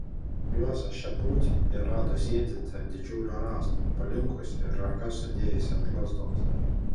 juozą šeputį ji rado sėdintį ant didžiulio rąsto palinkusį ir rankas sudėjusį ant lazdos